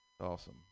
Awesome